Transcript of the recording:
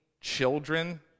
children